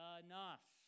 enough